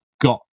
got